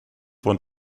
want